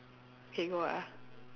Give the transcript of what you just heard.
okay go ah